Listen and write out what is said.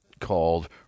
called